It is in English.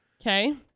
Okay